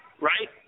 Right